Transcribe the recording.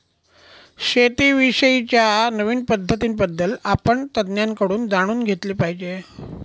शेती विषयी च्या नवीन पद्धतीं बद्दल आपण तज्ञांकडून जाणून घेतले पाहिजे